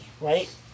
right